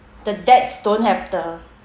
the dads don't have the